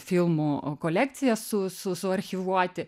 filmų kolekciją su su suarchyvuoti